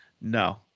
No